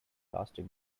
plastic